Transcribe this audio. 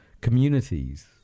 communities